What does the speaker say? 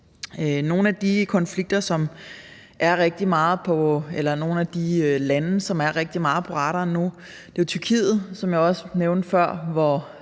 Et af de lande, som er rigtig meget på radaren nu, er jo Tyrkiet, som jeg også nævnte før,